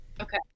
Okay